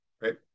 right